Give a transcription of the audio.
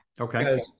okay